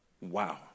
Wow